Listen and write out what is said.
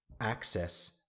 access